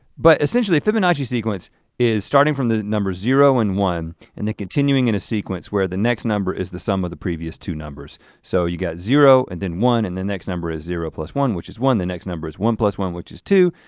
but essentially fibonacci sequence is staring from the number zero and one and then continuing in a sequence where the next number is the sum of the previous two numbers, so you got zero and then one and the next number is zero plus one which is one, the next number is one plus one which is two.